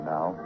Now